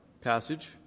passage